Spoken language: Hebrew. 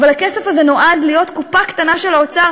אבל הכסף הזה נועד להיות קופה קטנה של האוצר,